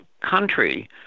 country